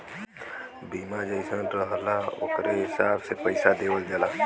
बीमा जइसन रहला ओकरे हिसाब से पइसा देवल जाला